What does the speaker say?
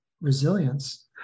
resilience